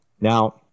Now-